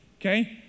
Okay